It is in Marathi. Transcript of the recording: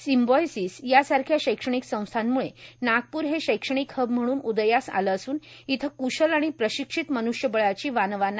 सिंबायोसिस यासारख्या शैक्षणिक संस्थामूळे नागपूर हे शैक्षणिक हब म्हणून उदयास आलं असून इथं कुशल आणि प्रशिक्षित मन्ष्यबळाची वाणवा नाही